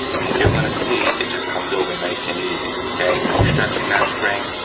and you're gonna see, it just comes over nice and easy. okay, no stretching that spring.